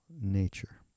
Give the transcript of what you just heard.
nature